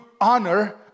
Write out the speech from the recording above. honor